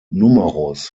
numerus